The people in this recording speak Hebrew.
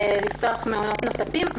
לפתוח מעונות נוספים.